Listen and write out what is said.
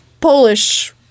Polish